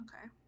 okay